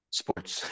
sports